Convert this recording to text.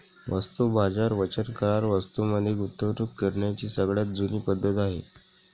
वस्तू बाजार वचन करार वस्तूं मध्ये गुंतवणूक करण्याची सगळ्यात जुनी पद्धत आहे